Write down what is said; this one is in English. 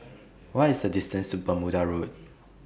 What IS The distance to Bermuda Road